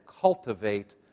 cultivate